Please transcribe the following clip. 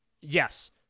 Yes